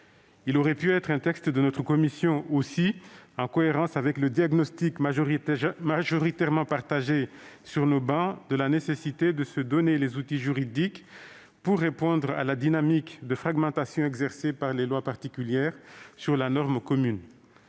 Il aurait pu être un texte de notre commission, aussi, en cohérence avec le diagnostic majoritairement partagé sur nos travées de la nécessité de se doter des outils juridiques pour répondre à la dynamique de fragmentation exercée par les lois particulières sur la norme commune.